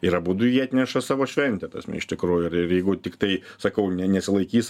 ir abudu jie atneša savo šventę tasme iš tikrųjų ir ir jeigu tiktai sakau ne nesilaikys